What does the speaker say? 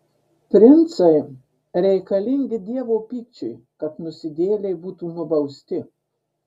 princai reikalingi dievo pykčiui kad nusidėjėliai būtų nubausti